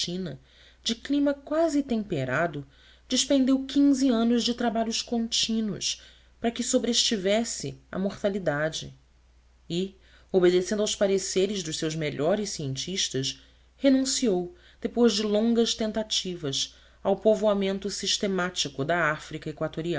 indochina de clima quase temperado despendeu quinze anos de trabalhos contínuos para que àsobrestasse a mortalidade e obedecendo aos pareceres dos seus melhores cientistas renunciou depois de longas tentativas ao povoamento sistemático da áfrica